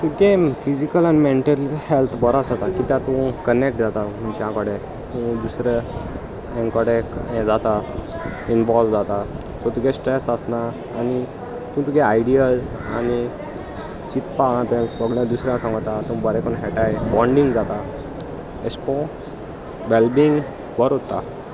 तुगे फिजिकल आनी mental health बरोस जाता कित्याक तूं कनेक्ट जाता मनशा कडेन दुसरे हेकडे हें जाता इनवोल्व जाता सो तुगे स्ट्रेस आसना आनी तूं तुगे आयडियज आनी चिंतपा ह तें सगलें दुसऱ्यांक सांगता तूं बरें करून खेळटाय बॉंडींग जाता अशे करून वेल बींग बरें उरता